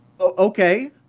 Okay